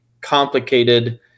complicated